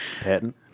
patent